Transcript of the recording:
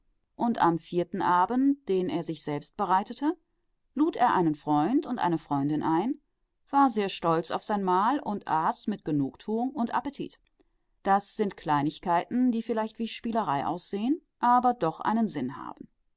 und am vierten abend den er sich selbst bereitete lud er einen freund und eine freundin ein war sehr stolz auf sein mahl und aß mit genugtuung und appetit das sind kleinigkeiten die vielleicht wie spielerei aussehen aber doch einen sinn haben